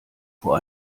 vor